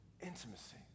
intimacy